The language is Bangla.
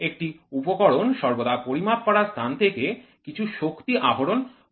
একটি উপকরণ সর্বদা পরিমাপ করার স্থান থেকে কিছু শক্তি আহরণ করে